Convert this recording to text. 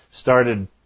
started